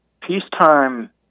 peacetime